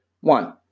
One